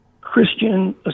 Christian